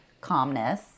calmness